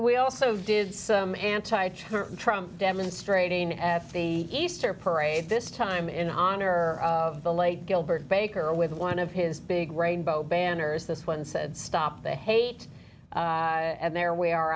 we also did some anti church from demonstrating at the easter parade this time in honor of the late gilbert baker with one of his big rainbow banners this one said stop the hate and there we are